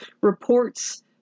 reports